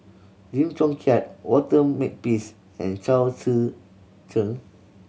Lim Chong Keat Walter Makepeace and Chao Tzee Cheng